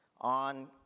on